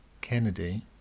Kennedy